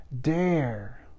dare